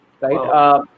right